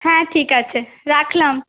হ্যাঁ ঠিক আছে রাখলাম